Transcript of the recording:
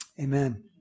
Amen